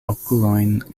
okulojn